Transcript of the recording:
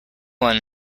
one